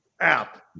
app